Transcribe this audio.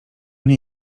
nie